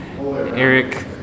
Eric